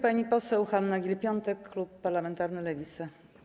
Pani poseł Hanna Gill-Piątek, klub parlamentarny Lewica.